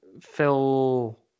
Phil